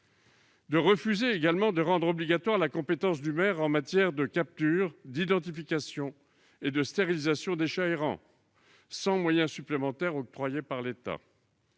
à refuser la compétence obligatoire du maire en matière de capture, d'identification et de stérilisation des chats errants sans moyens supplémentaires octroyés par l'État,